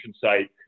site